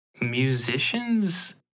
musicians